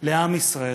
לעם ישראל.